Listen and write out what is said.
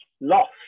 lost